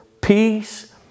Peace